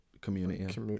community